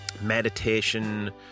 Meditation